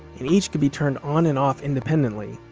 and each could be turned on and off independently.